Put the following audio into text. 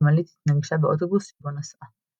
כשחשמלית התנגשה באוטובוס שבו נסעה.